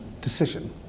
decision